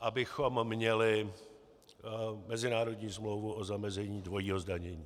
abychom měli mezinárodní smlouvu o zamezení dvojího zdanění?